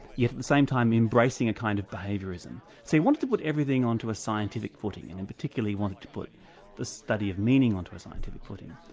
yet at the same time embracing a kind of behaviourism. so he wants to put everything onto a scientific footing, and he particularly wanted to put the study of meaning onto a scientific footing.